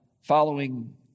following